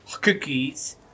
cookies